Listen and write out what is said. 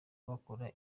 bakora